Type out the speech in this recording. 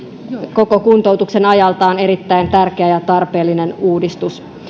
koko kuntoutuksen ajalta on erittäin tärkeä ja tarpeellinen uudistus